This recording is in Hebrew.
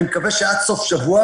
אני מקווה שעד סוף השבוע